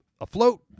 afloat